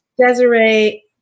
Desiree